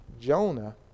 Jonah